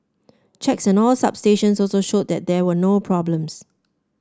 checks on all substations also showed that there were no problems